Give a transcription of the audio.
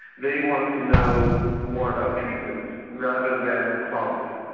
they want to know more about treatments rather than causes.